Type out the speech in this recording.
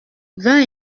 vingt